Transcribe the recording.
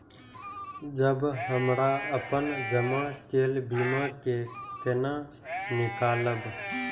जब हमरा अपन जमा केल बीमा के केना निकालब?